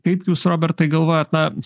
kaip jūs robertai galvojat na